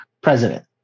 president